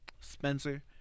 Spencer